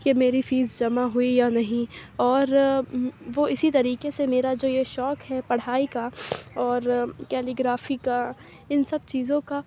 کہ میری فیس جمع ہوئی یا نہیں اور وہ اِسی طریقے سے میرا جو یہ شوق ہے پڑھائی کا اور کیلیگرافی کا اِن سب چیزوں کا